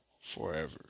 forever